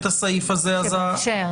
אני רוצה לראות שאנחנו משקפים את זה גם בכתיבה.